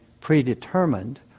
predetermined